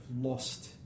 lost